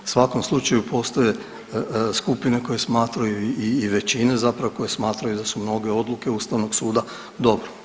U svakom slučaju postoje skupine koje smatraju i većine zapravo, koje smatraju da su mnoge odluke Ustavnog suda dobre.